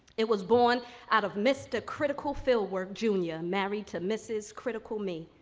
it was born out of mr. critical fill-work jr, married to mrs. critical me.